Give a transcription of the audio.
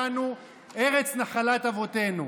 ארץ נחלת אבותינו.